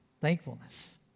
thankfulness